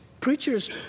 preachers